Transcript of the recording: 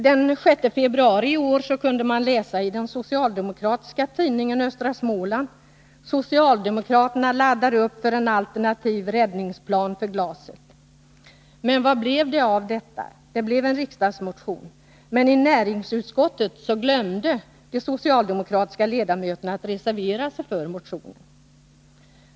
Den 6 februari i år kunde man läsa i den socialdemokratiska tidningen Östra Småland: ”Socialdemokraterna laddar upp för en alternativ räddningsplan för glaset.” Men vad blev det av detta? Jo, det blev en riksdagsmotion, men i näringsutskottet ”glömde” de socialdemokratiska ledamöterna att reservera sig för motionen.